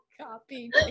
Copy